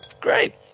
Great